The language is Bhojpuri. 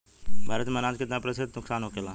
भारत में अनाज कितना प्रतिशत नुकसान होखेला?